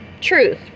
truth